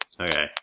Okay